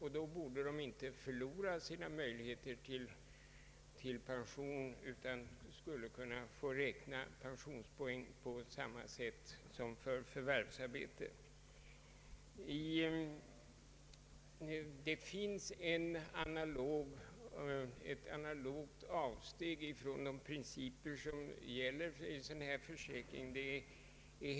Då borde de inte förlora sina möjligheter till pension utan borde kunna få räkna pensionspoäng på samma sätt som för förvärvsarbete. Det finns ett analogt avsteg från de principer som gäller vid sådan här försäkring.